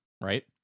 Right